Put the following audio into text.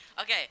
Okay